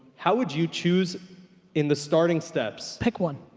how would you chose in the starting steps. pick one.